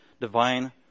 divine